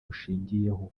bushingiyeho